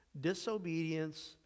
Disobedience